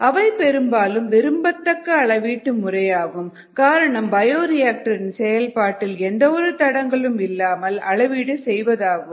அவை பெரும்பாலும் விரும்பத்தக்க அளவீட்டு முறையாகும் காரணம் பயோரிஆக்டர் இன் செயல்பாட்டில் எந்த ஒரு தடங்கலும் இல்லாமல் அளவீடு செய்வதாகும்